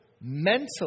mentally